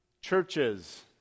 Churches